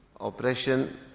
oppression